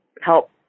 help